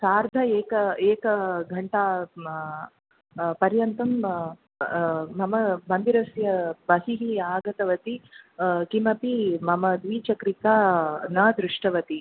सार्ध एक एक घण्टा म पर्यन्तं मम मन्दिरस्य बहिः आगतवती किमपि मम द्विचक्रिकां न दृष्टवती